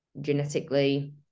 genetically